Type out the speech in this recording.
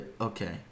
Okay